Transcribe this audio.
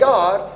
God